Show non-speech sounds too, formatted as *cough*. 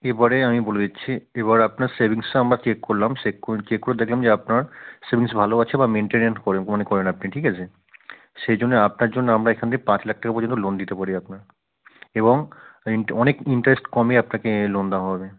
এবারে আমি বলে দিচ্ছি এবার আপনার সেভিংসটা আমরা চেক করলাম *unintelligible* করে চেক করে দেখলাম যে আপনার সেভিংস ভালো আছে বা মেনটেন করে মানে করেন আপনি ঠিক আছে সেই জন্যে আপনার জন্য আমরা এখান দিয়ে পাঁচ লাখ টাকা পর্যন্ত লোন দিতে পারি আপনার এবং *unintelligible* অনেক ইন্টারেস্ট কমে আপনাকে লোন দেওয়া হবে